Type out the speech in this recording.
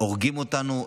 הורגים אותנו,